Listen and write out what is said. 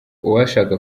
uwashaka